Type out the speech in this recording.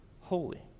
holy